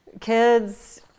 kids